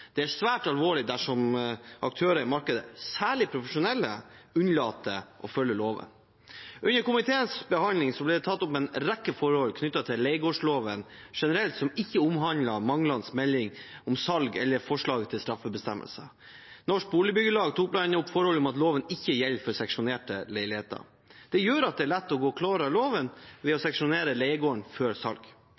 Det er svært alvorlig dersom aktører i markedet – særlig profesjonelle – unnlater å følge loven. Under komiteens behandling ble det tatt opp en rekke forhold knyttet til leiegårdsloven generelt som ikke omhandlet manglende melding om salg eller forslag til straffebestemmelser. Norske Boligbyggelag tok bl.a. opp forholdet om at loven ikke gjelder for seksjonerte leiligheter. Dette gjør at det er lett å gå klar av loven ved å seksjonere leiegården før salg.